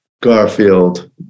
Garfield